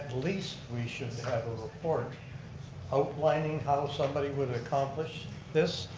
least we should have a report outlining how somebody would accomplish this,